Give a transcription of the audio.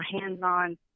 hands-on